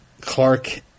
Clark